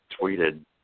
tweeted –